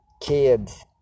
kids